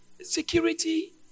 Security